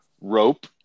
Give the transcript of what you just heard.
rope